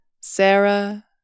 Sarah